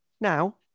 now